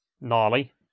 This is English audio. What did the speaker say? Gnarly